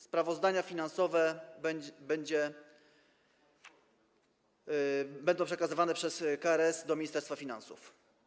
Sprawozdania finansowe będą przekazywane przez KRS do Ministerstwa Finansów.